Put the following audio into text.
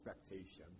expectation